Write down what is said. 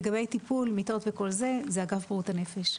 לגבי טיפול, מיטות וכל זה, זה אגף בריאות הנפש.